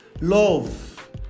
Love